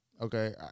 Okay